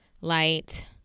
light